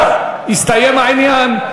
אדוני השר, הסתיים העניין.